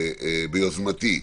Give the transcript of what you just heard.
ביוזמתי,